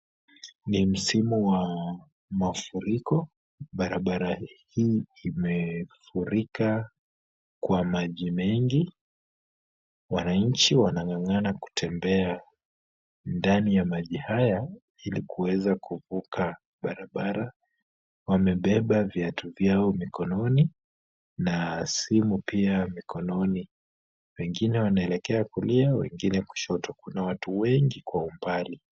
Ni msimu wa mafuriko. Barabara hii imefurika kwa maji mengi. Wananchi wanang'ang'ana kutembea ndani ya maji haya ili kuweza kuvuka barabara. Wamebeba viatu vyao mikononi na simu pia mikononi. Wengine wanaelekea kulia, wengine kushoto. Kuna watu wengi kwa umbali.